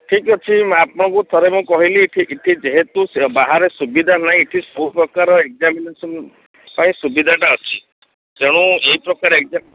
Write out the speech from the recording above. ଠିକ୍ ଅଛି ମୁଁ ଆପଣଙ୍କୁ ଥରେ ମୁଁ କହିଲି ଠିକ୍ ଏଇଠି ଯେହେତୁ ବାହାରେ ସୁବିଧା ନାହିଁ ଏଇଠି ସବୁ ପ୍ରକାର ଏକ୍ଜାମିନେସନ୍ ପାଇଁ ସୁବିଧାଟା ଅଛି ତେଣୁ ଏହି ପ୍ରକାର ଏକ୍ଜାମ୍